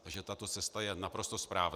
Takže tato cesta je naprosto správná.